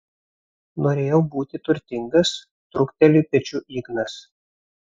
norėjau būti turtingas trūkteli pečiu ignas